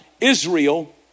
Israel